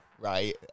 right